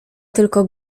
tylko